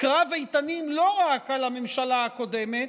קרב איתנים לא רק על הממשלה הקודמת,